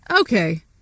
Okay